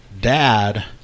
Dad